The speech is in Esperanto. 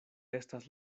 estas